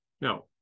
Now